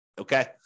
Okay